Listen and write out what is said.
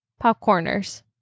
popcorners